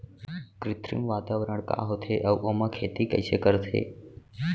कृत्रिम वातावरण का होथे, अऊ ओमा खेती कइसे करथे?